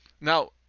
Now